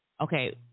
okay